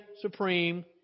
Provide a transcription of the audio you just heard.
supreme